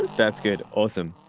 that's good. awesome.